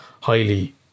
highly